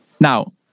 Now